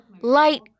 light